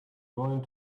going